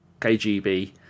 KGB